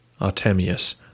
Artemius